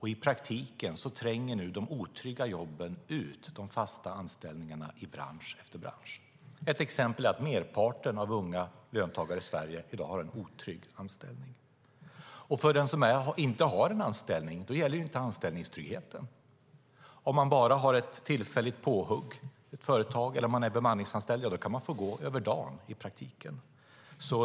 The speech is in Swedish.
I praktiken tränger nu de otrygga jobben ut de fasta anställningarna i bransch efter bransch. Ett exempel är att merparten av unga löntagare i Sverige i dag har en otrygg anställning. Och för den som inte har en anställning gäller inte anställningstryggheten. Om man bara har ett tillfälligt påhugg i ett företag eller är bemanningsanställd kan man i praktiken få gå över dagen.